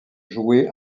joué